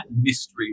mystery